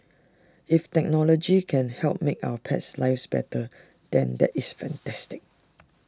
if technology can help make our pets lives better than that is fantastic